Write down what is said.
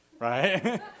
right